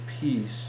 peace